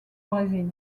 brésil